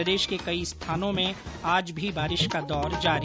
प्रदेश के कई स्थानों में आज भी बारिश का दौर जारी